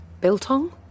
Biltong